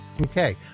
Okay